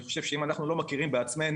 אני חושב שאם אנחנו לא מכירים בעצמנו,